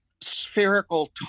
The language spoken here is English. spherical